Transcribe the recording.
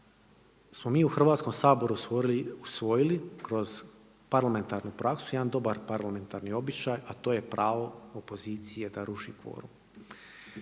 smo mi u Hrvatskom saboru usvojili kroz parlamentarnu praksu jedan dobar parlamentarni običaj a to je pravo opozicije da ruši kvorum.